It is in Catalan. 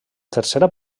tercera